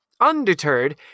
Undeterred